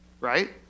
right